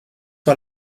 par